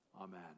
Amen